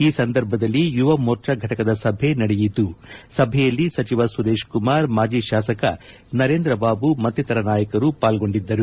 ಈ ಸಂದರ್ಭದಲ್ಲಿ ಯುವ ಮೋರ್ಚಾ ಫಟಕದ ಸಭೆ ನಡೆಯಿತು ಸಭೆಯಲ್ಲಿ ಸಚಿವ ಸುರೇಶ್ ಕುಮಾರ್ ಮಾಜಿ ಶಾಸಕ ನರೇಂದ್ರ ಬಾಬು ಮತ್ತಿತರ ನಾಯಕರು ಪಾಲ್ಗೊಂಡಿದ್ದರು